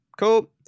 Cool